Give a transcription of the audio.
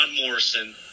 morrison